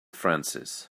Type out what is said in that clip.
francis